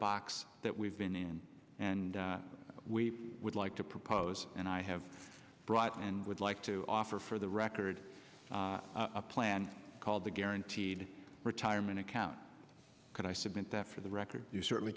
box that we've been in and we would like to propose and i have brought and would like to offer for the record a plan called the guaranteed retirement account could i submit that for the record you certainly